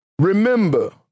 remember